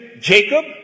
Jacob